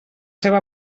seva